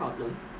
problem